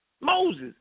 Moses